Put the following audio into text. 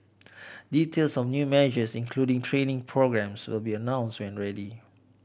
details of new measures including training programmes will be announced when ready